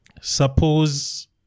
suppose